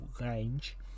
range